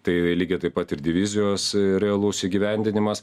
tai lygiai taip pat ir divizijos realus įgyvendinimas